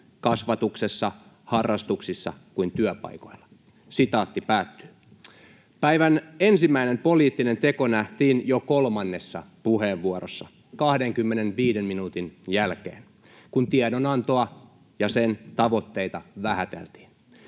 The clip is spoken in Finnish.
kasvatuksessa, harrastuksissa kuin työpaikoilla.” Päivän ensimmäinen poliittinen teko nähtiin jo kolmannessa puheenvuorossa 25 minuutin jälkeen, kun tiedonantoa ja sen tavoitteita vähäteltiin.